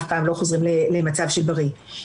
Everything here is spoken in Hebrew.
אף פעם לא חוזרים למצב בריא.